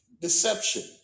deception